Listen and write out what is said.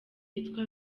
yitwa